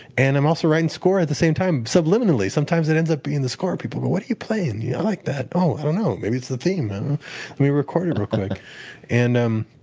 and i'm also writing score at the same time, subliminally. sometimes it ends up being the score. and people but what are you playing? yeah i like that. oh, i don't know. maybe it's the theme. let and me record it real quick. and um